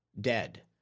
dead